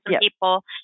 people